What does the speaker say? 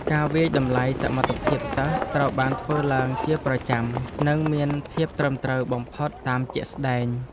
ការវាយតម្លៃសមត្ថភាពសិស្សត្រូវបានធ្វើឡើងជាប្រចាំនិងមានភាពត្រឹមត្រូវបំផុតតាមជាក់ស្តែង។